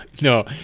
no